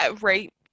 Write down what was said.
right